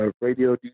radio